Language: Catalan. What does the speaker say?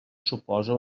suposa